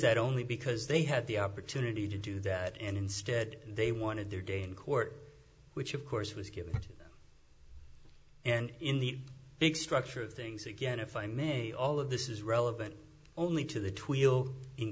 that only because they had the opportunity to do that and instead they wanted their day in court which of course was given and in the big structure of things again if i may all of this is relevant only to the